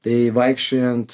tai vaikščiojant